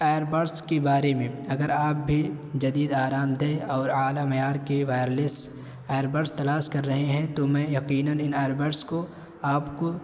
earbuds کی بارے میں اگر آپ بھی جدید آرام دہ اور اعلیٰ معیار کے وائرلیس ایربرس تلاش کر رہے ہیں تو میں یقیناً ان ایربرس کو آپ کو